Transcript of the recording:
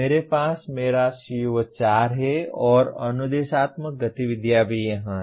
मेरे पास मेरा CO4 है और अनुदेशात्मक गतिविधियाँ भी यहाँ हैं